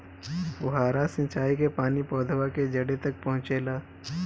फुहारा सिंचाई का पानी पौधवा के जड़े तक पहुचे ला?